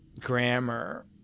grammar